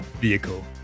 vehicle